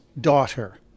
daughter